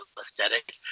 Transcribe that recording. aesthetic